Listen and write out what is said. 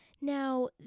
Now